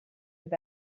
have